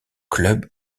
club